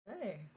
Hey